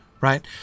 Right